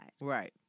Right